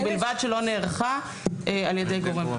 ובלבד שלא נערכה על ידי גורם פרטי.